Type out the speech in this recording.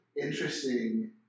interesting